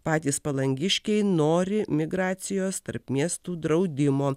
patys palangiškiai nori migracijos tarp miestų draudimo